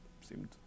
seemed